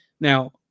Now